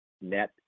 net